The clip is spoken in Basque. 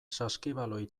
saskibaloi